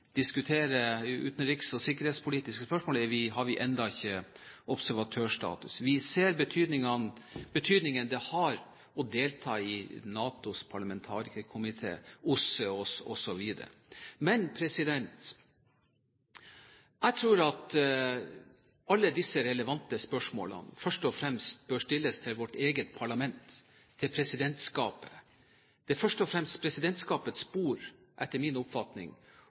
utenriks- og sikkerhetspolitiske spørsmål, har vi ennå ikke observatørstatus. Vi ser betydningen av å delta i NATOS parlamentarikerkomité, OSSE, osv. Men jeg tror at alle disse relevante spørsmålene først og fremst bør stilles til vårt eget parlament – til presidentskapet. Det er først og fremst presidentskapets bord, etter min oppfatning,